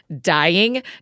dying